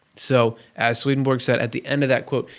so, as swedenborg said, at the end of that quote,